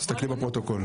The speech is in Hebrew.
תסתכלי בפרוטוקול.